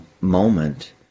moment